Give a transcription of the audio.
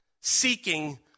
seeking